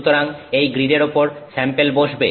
সুতরাং এই গ্রিডের ওপর স্যাম্পেল বসবে